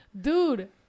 Dude